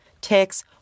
ticks